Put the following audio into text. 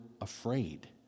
afraid